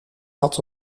had